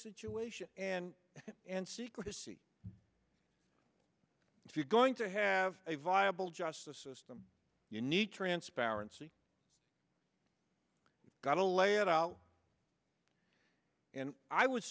situation and and secrecy if you're going to have a viable justice system you need transparency got to lay it out and i would